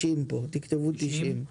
תכתבו כאן 90 ימים.